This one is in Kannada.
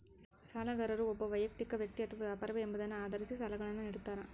ಸಾಲಗಾರರು ಒಬ್ಬ ವೈಯಕ್ತಿಕ ವ್ಯಕ್ತಿ ಅಥವಾ ವ್ಯಾಪಾರವೇ ಎಂಬುದನ್ನು ಆಧರಿಸಿ ಸಾಲಗಳನ್ನುನಿಡ್ತಾರ